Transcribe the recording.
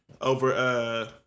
over